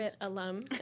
alum